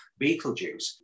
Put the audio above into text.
Beetlejuice